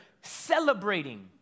celebrating